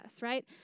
right